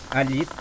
ali